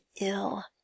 ill